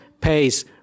pays